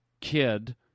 kid